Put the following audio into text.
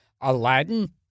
Aladdin